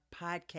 podcast